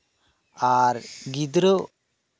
ᱟᱨ ᱜᱤᱫᱽᱨᱟᱹ